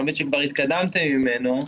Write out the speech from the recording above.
האמת שכבר התקדמתם ממנו,